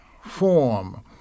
form